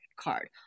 card